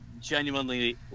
genuinely